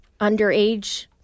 underage